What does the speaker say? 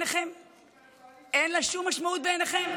אין לה משמעות בעיניכם?